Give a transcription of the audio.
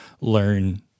learn